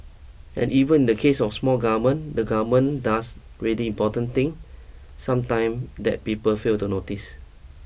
and even in the case of small government the government does really important things sometimes that people fail to notice